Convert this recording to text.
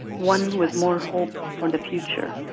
one with more hope for the future.